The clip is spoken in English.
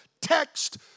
text